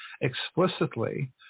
explicitly